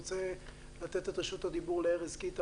אני רוצה לתת את רשות הדיבור לארז קיטה,